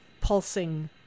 pulsing